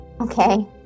Okay